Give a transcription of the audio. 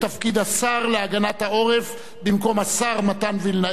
השר להגנת העורף במקום השר מתן וילנאי,